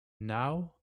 now